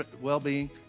well-being